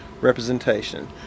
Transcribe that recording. representation